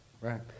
right